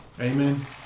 Amen